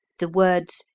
the words,